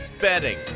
betting